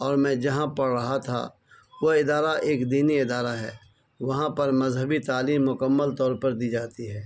اور میں جہاں پڑھ رہا تھا وہ ادارہ ایک دینی ادارہ ہے وہاں پر مذہبی تعلیم مکمل طور پر دی جاتی ہے